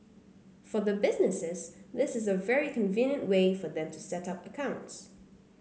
for the businesses this is a very convenient way for them to set up accounts